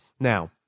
Now